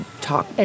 talk